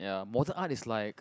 ya modern art is like